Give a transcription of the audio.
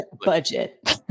budget